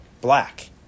Black